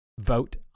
vote